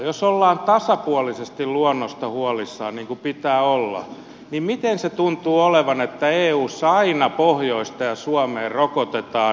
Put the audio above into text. jos ollaan tasapuolisesti luonnosta huolissaan niin kuin pitää olla niin miten se tuntuu olevan että eussa aina pohjoista ja suomea rokotetaan